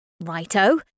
Righto